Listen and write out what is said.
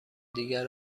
دیگر